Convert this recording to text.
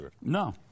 No